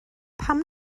pam